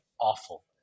awful